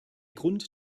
grund